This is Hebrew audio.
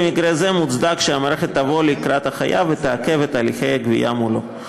במקרה זה מוצדק שהמערכת תבוא לקראת החייב ותעכב את הליכי הגבייה מולו.